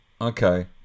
Okay